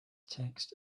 text